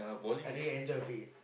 I really enjoy playing